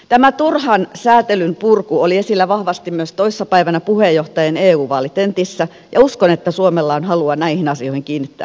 tämän turhan säätelyn purku oli esillä vahvasti myös toissa päivänä puheenjohtajien eu vaalitentissä ja uskon että suomella on halua näihin asioihin kiinnittää huomiota